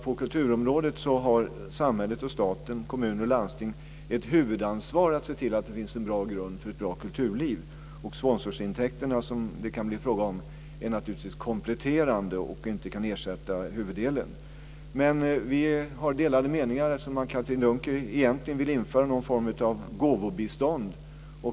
På kulturområdet har samhället och staten, kommuner och landsting ett huvudansvar att se till att det finns en bra grund för ett bra kulturliv. Sponsorintäkterna, som det kan bli fråga om, är naturligtvis kompletterande och kan inte ersätta huvuddelen. Vi har delade meningar. Anne-Katrine Dunker vill egentligen införa någon form av gåvobistånd.